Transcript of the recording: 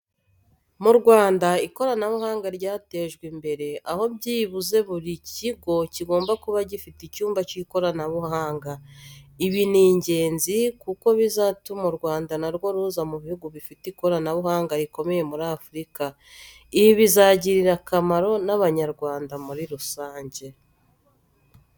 Mu Rwanda ikoranabuhanga ryatejwe imbere, aho byibuze buri kigo kigomba kuba gifite icyumba cy'ikoranabuhanga. Ibi ni ingezi kuko bizatuma u Rwanda na rwo ruza mu bihugu bifite ikoranabuhanga rikomeye muri Afurika. Ibi bizagirira akamaro n'Abanyarwanda muri rusange.